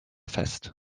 fest